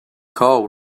call